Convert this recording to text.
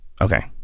Okay